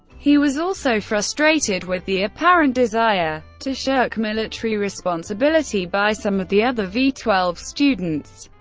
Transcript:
he was also frustrated with the apparent desire to shirk military responsibility by some of the other v twelve students.